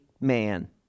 man